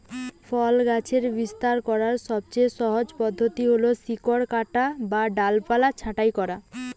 ফল গাছের বিস্তার করার সবচেয়ে সহজ পদ্ধতি হল শিকড় কাটা বা ডালপালা ছাঁটাই করা